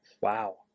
Wow